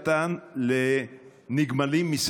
סוף-סוף זה הולך להיגמר.